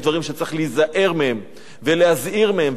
דברים שצריך להיזהר מהם ולהזהיר מהם,